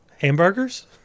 Hamburgers